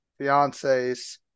fiancés